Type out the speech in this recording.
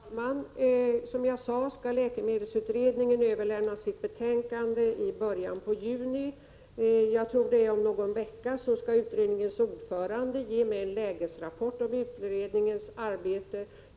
Herr talman! Som jag sade skall läkemedelsutredningen överlämna sitt betänkande i början av juni. Om någon vecka skall utredningens ordförande ge mig en lägesrapport om utredningens arbete.